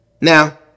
Now